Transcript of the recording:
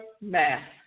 Math